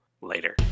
Later